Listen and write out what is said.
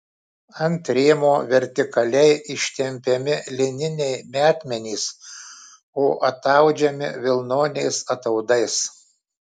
ant rėmo vertikaliai ištempiami lininiai metmenys o ataudžiami vilnoniais ataudais